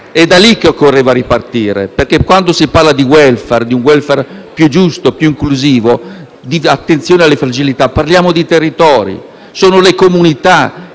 è da lì che occorreva ripartire perché, quando si parla di *welfare* più giusto e più inclusivo e di attenzione alle fragilità, parliamo di territori. Sono le comunità che